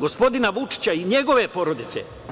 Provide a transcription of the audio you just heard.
gospodina Vučića i njegove porodice.